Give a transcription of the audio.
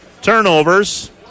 turnovers